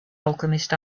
alchemist